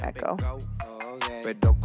Echo